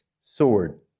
sword